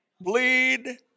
bleed